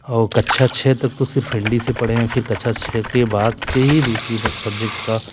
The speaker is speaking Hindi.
और कक्षा छ तक तो सिर्फ हिंदी से पढ़े हैं फिर कक्षा छ के बाद से ही दूसरे सब्जेक्ट का